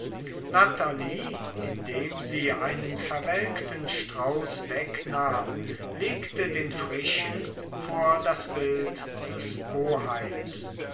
natalie indem sie einen verwelkten strauß wegnahm legte den frischen vor das bild des oheims